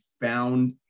found